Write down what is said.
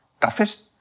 toughest